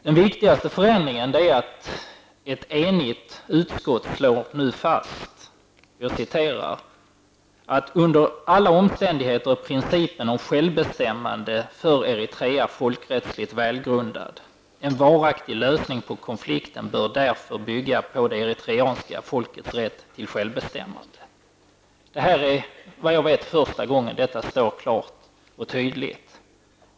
Den viktigaste förändringen är att ett enigt utskott slår fast följande: ''Under alla omständigheter är principen om självbestämmande för Eritrea politiskt och folkrättsligt välgrundad. En varaktig lösning av konflikten bör därför bygga på det eritreanska folkets rätt till självbestämmande.'' Såvitt jag vet är det första gången som detta sägs ut klart och tydligt.